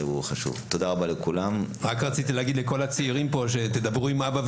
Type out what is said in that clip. רק רציתי להגיד לכל הצעירים שידברו עם אימא ואבא,